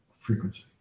frequency